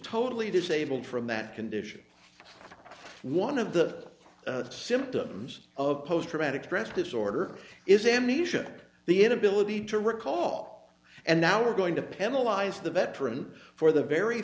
totally disabled from that condition one of the symptoms of post traumatic stress disorder is amnesia the inability to recall and now we're going to penalize the veteran for the very